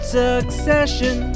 succession